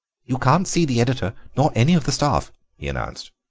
you can't see the editor nor any of the staff he announced.